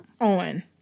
on